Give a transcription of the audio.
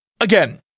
Again